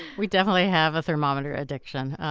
we definitely have a thermometer addiction,